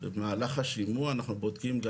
במהלך השימוע אנחנו בודקים.